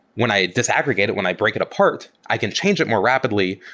when i disaggregate it, when i break it apart, i can change it more rapidly,